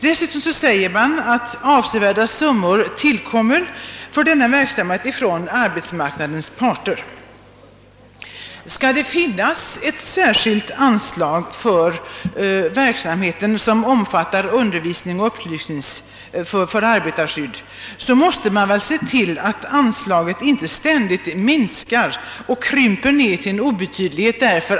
Dessutom säger man att avsevärda bidrag lämnas till denna verksamhet från arbetsmarknadens parter. Skall det finnas ett särskilt anslag för verksamheten som omfattar undervisning och upplysning beträffande arbetarskydd, måste man väl se till att anslaget inte ständigt minskar och krymper till en obetydlighet.